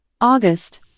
August